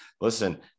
Listen